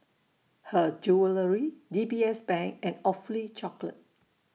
Her Jewellery D B S Bank and Awfully Chocolate